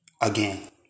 Again